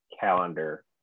calendar